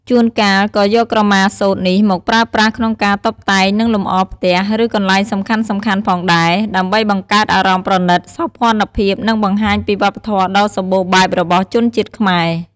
ជួនកាលក៏យកក្រមាសូត្រនេះមកប្រើប្រាស់ក្នុងការតុបតែង និងលម្អផ្ទះ ឬកន្លែងសំខាន់ៗផងដែរ ដើម្បីបង្កើតអារម្មណ៍ប្រណិត សោភ័ណភាព និងបង្ហាញពីវប្បធម៌ដ៏សម្បូរបែបរបស់ជនជាតិខ្មែរ។